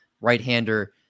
right-hander